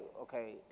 okay